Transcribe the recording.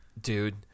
Dude